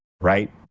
Right